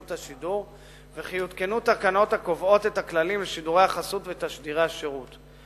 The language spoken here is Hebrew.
השידור וכי יותקנו תקנות הקובעות את הכללים לשידורי החסות ותשדירי השירות.